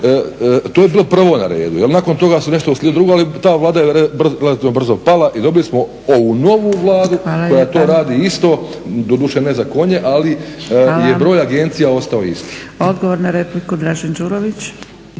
to je bilo prvo na redu. Nakon toga su nešto uslijedilo drugo, ali ta Vlada je relativno brzo pala i dobili smo ovu novu Vladu koja to radi isto, doduše ne za konje ali je broj agencija ostao isti. **Zgrebec, Dragica